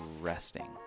resting